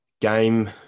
game